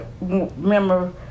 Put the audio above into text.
remember